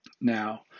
Now